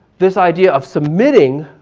this idea of submitting